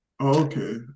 Okay